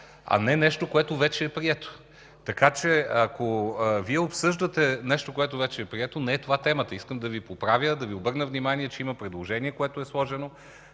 а не нещо, което вече е прието. Така че ако Вие обсъждате нещо, което вече е прието, не е това темата. Искам да Ви поправя, да Ви обърна внимание, че има предложение, което е сложено